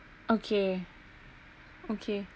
okay okay